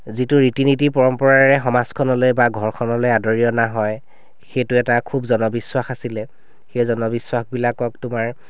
যিটো ৰীতি নীতি পৰম্পৰাৰে সমাজখনলৈ বা ঘৰখনলৈ আদৰি অনা হয় সেইটো এটা খুব জনবিশ্বাস আছিলে সেই জনবিশ্বাসবিলাকক তোমাৰ